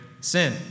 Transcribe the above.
sin